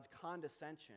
condescension